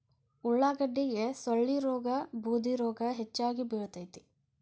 ಉಳಾಗಡ್ಡಿಗೆ ಸೊಳ್ಳಿರೋಗಾ ಬೂದಿರೋಗಾ ಹೆಚ್ಚಾಗಿ ಬಿಳತೈತಿ